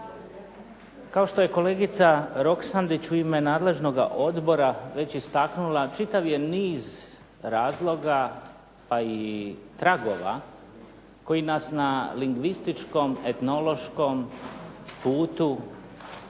Kao što je kolegica Roksandić u ime nadležnoga odbora već istaknula, čitav je niz razloga, pa i tragova koji nas na lingvističkom, etnološkom putu